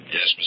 Yes